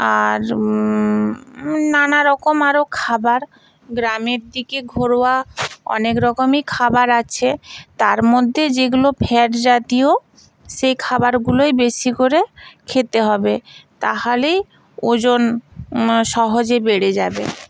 আর নানা রকম আরো খাবার গ্রামের দিকে ঘরোয়া অনেক রকমই খাবার আছে তার মধ্যে যেগুলো ফ্যাট জাতীয় সেই খাবারগুলোই বেশি করে খেতে হবে তাহালেই ওজন সহজে বেড়ে যাবে